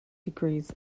degrees